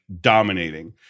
dominating